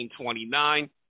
1929